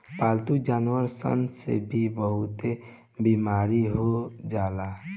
पालतू जानवर सन से भी बहुते बेमारी हो जाला